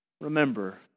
Remember